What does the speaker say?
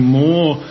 more